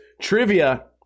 trivia